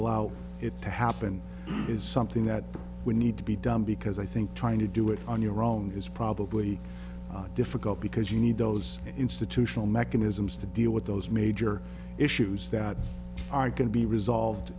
allow it to happen is something that we need to be done because i think trying to do it on your own is probably difficult because you need those institutional mechanisms to deal with those major issues that are going to be resolved